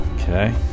Okay